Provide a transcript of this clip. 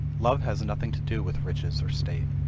love has nothing to do with riches or state.